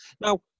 Now